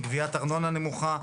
גביית ארנונה נמוכה,